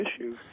issues